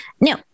no